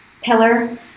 pillar